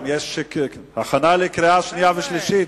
יש גם הכנה לקריאה שנייה ולקריאה שלישית.